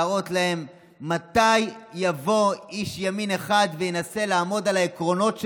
להראות להם מתי יבוא איש ימין אחד וינסה לעמוד על העקרונות שלו,